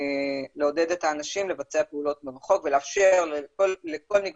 מעודדים את האנשים לבצע פעולות מרחוק ולאפשר לכל מי